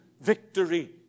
victory